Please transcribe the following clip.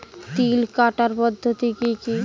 তিল কাটার পদ্ধতি কি কি?